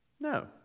No